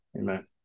Amen